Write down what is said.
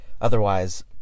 otherwise